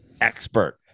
expert